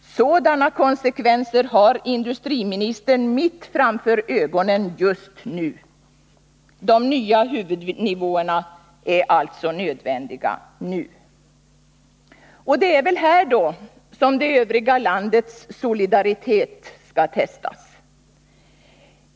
Sådana konsekvenser har industriministern mitt framför ögonen redan nu. De nya huvudnivåerna är alltså nödvändiga nu. Det är väl här det övriga landets solidaritet skall testas.